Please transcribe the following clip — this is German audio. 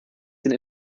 den